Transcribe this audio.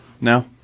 now